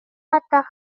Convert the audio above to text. ааттаах